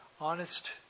honest